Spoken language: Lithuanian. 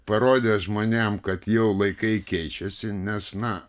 parodė žmonėm kad jau laikai keičiasi nes na